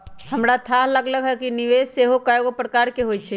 हमरा थाह लागल कि निवेश सेहो कएगो प्रकार के होइ छइ